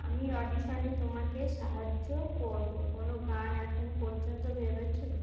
আমি অডিশানে তোমাকে সাহায্য করবো কোনো গান এখনও পর্যন্ত ভেবেছো